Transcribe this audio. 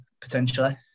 potentially